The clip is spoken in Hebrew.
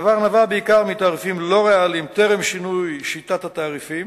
הדבר נבע בעיקר מתעריפים לא ריאליים טרם שינוי שיטת התעריפים,